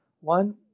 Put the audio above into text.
One